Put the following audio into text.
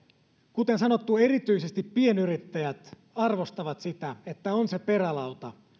kuten sanottu erityisesti pienyrittäjät arvostavat sitä että on se perälauta